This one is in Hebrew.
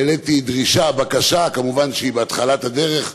העליתי דרישה, בקשה, ומובן שהיא בהתחלת הדרך,